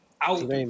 out